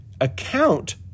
account